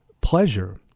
Pleasure